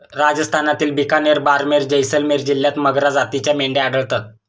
राजस्थानातील बिकानेर, बारमेर, जैसलमेर जिल्ह्यांत मगरा जातीच्या मेंढ्या आढळतात